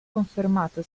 confermato